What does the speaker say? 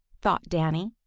thought danny,